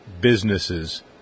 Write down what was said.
businesses